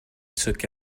took